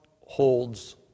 holds